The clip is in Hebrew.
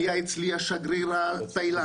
היה אצלי השגריר התאילנדי,